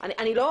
--- אני גם לא